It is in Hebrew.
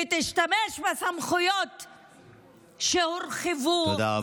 ותשתמשו בסמכויות שהורחבו, תודה רבה.